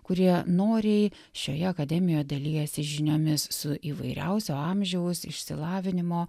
kurie noriai šioje akademijoje dalijasi žiniomis su įvairiausio amžiaus išsilavinimo